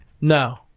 No